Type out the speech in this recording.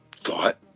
thought